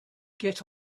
get